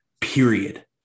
period